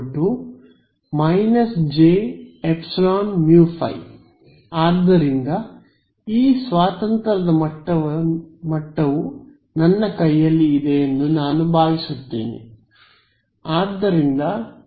A − jωεμφ ಆದ್ದರಿಂದ ಈ ಸ್ವಾತಂತ್ರ್ಯದ ಮಟ್ಟವನ್ನು ನನ್ನ ಕೈಯಲ್ಲಿ ಇದೆ ಎಂದು ನಾನು ಭಾವಿಸುತ್ತೇನೆ